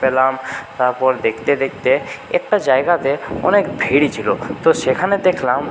পেলাম তারপর দেখতে দেখতে একটা জায়গাতে অনেক ভেড়ি ছিল তো সেখানে দেখলাম